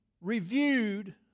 reviewed